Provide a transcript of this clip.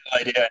idea